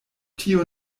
tio